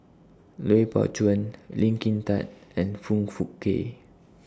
Lui Pao Chuen Lee Kin Tat and Foong Fook Kay